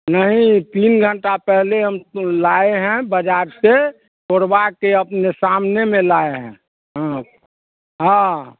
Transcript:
नहीं तीन घंटा पहले हम लाए हैं बाज़ार से तुड़वा के अपने सामने में लाए हैं हाँ